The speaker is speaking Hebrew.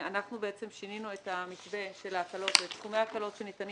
אנחנו בעצם שינינו את המתווה של סכומי ההקלות שניתנים